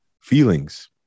feelings